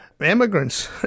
immigrants